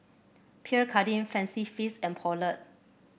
Pierre Cardin Fancy Feast and Poulet